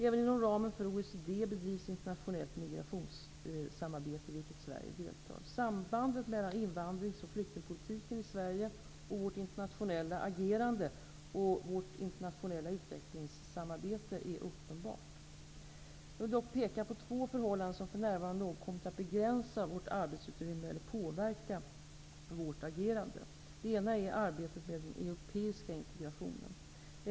Även inom ramen för OECD bedrivs internationellt migrationssamarbete, i vilket Sverige deltar. Sambandet mellan invandrings och flyktingpolitiken i Sverige och vårt internationella agerande och vårt internationella utvecklingssamarbete är uppenbart. Jag vill dock peka på två förhållanden som för närvarande något kommit att begränsa vårt arbetsutrymme eller påverka vårt agerande. Det ena är arbetet med den europeiska integrationen.